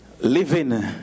living